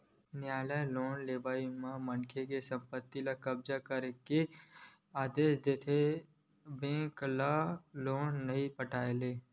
नियालय लोन लेवइया मनखे के संपत्ति ल कब्जा करे के आदेस तो दे देथे बेंक ल लोन नइ पटाय ले